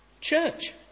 church